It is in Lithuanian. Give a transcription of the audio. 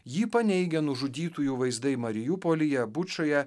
jį paneigia nužudytųjų vaizdai mariupolyje bučoje